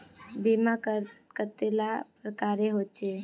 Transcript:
बीमा कतेला प्रकारेर होचे?